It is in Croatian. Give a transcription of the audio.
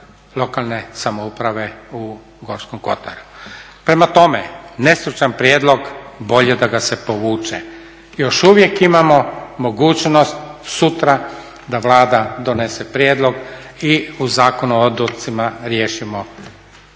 lokalne samouprave u Gorskom Kotaru. Prema tome, nestručan prijedlog, bolje da ga se povuče. Još uvijek imamo mogućnost sutra da Vlada donese prijedlog i u Zakonu o otocima riješimo cijeli